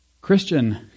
Christian